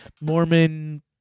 Mormon